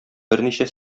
берничә